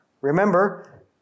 Remember